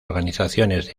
organizaciones